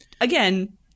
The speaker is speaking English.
again